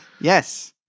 Yes